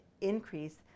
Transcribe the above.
increase